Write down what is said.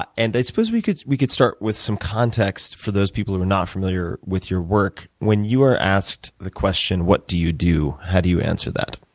ah and i suppose we could we could start with some context for those people who are not familiar with your work. when you are asked the question, what do you do? how do you answer that?